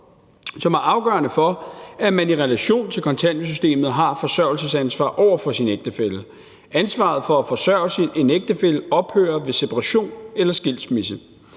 som er afgørende for, at man i relation til kontanthjælpssystemet har forsørgelsesansvar over for sin ægtefælle. Ansvaret for at forsørge en ægtefælle ophører ved separation eller skilsmisse.